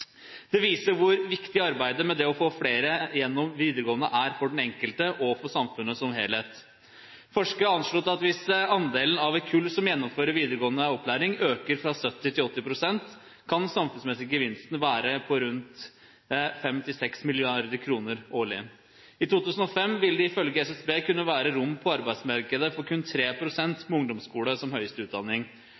Dette viser hvor viktig arbeidet med å få flere gjennom videregående er for den enkelte og for samfunnet som helhet. Forskere har anslått at hvis andelen av et kull som gjennomfører videregående opplæring, øker fra 70–80 pst., kan den samfunnsmessige gevinsten være på rundt 5 mrd. kr–6 mrd. kr årlig. I 2025 vil det ifølge SSB være rom på arbeidsmarkedet for kun 3 pst. med ungdomsskole som høyeste utdanning.